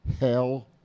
Hell